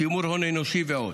שימור הון אנושי ועוד.